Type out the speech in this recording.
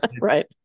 Right